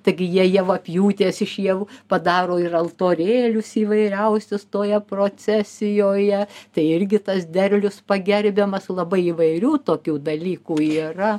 taigi jie javapjūtės iš javų padaro ir altorėlius įvairiausius toje procesijoje tai irgi tas derlius pagerbiamas labai įvairių tokių dalykų yra